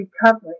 recovery